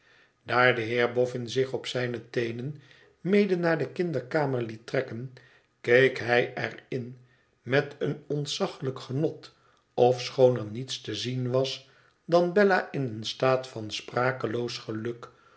de heer boffin zich op zijne teenen mede naar de kinderkamer liet trekken keek hij er in met een ontzaglijk genot ofschoon er niets te zien was dan bella in een staat van sprakeloos geluk